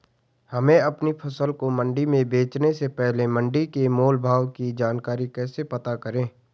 हमें अपनी फसल को मंडी में बेचने से पहले मंडी के मोल भाव की जानकारी कैसे पता करें?